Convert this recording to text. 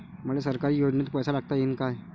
मले सरकारी योजतेन पैसा टाकता येईन काय?